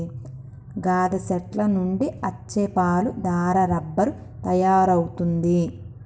గాదె సెట్ల నుండి అచ్చే పాలు దారా రబ్బరు తయారవుతుంది